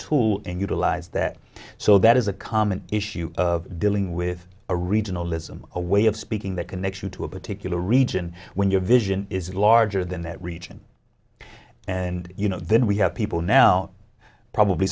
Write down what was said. tool and utilize that so that is a common issue dealing with a regionalism a way of speaking that connects you to a particular region when your vision is larger than that region and you know then we have people now probably